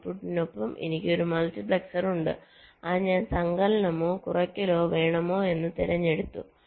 ഔട്ട്പുട്ടിനൊപ്പം എനിക്ക് ഒരു മൾട്ടിപ്ലക്സർ ഉണ്ട് അത് ഞാൻ സങ്കലനമോ കുറയ്ക്കലോ വേണമോ എന്ന് തിരഞ്ഞെടുത്തു